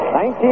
19